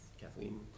Kathleen